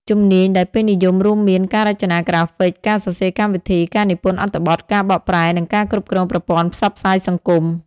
ជំនាញដែលពេញនិយមរួមមាន ការរចនាក្រាហ្វិក ការសរសេរកម្មវិធី ការនិពន្ធអត្ថបទ ការបកប្រែ និងការគ្រប់គ្រងប្រព័ន្ធផ្សព្វផ្សាយសង្គម។